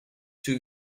two